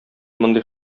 мондый